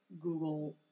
Google